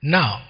Now